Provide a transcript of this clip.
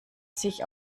sich